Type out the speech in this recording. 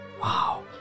Wow